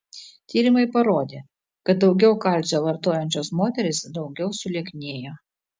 tyrimai parodė kad daugiau kalcio vartojančios moterys daugiau sulieknėjo